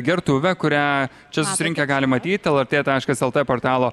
gertuvę kurią čia susirinkę gali matyt lrt taškas lt portalo